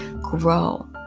grow